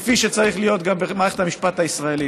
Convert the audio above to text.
כפי שצריך להיות גם במערכת המשפט הישראלית.